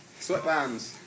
Sweatbands